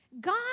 God